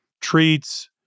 treats